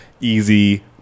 easy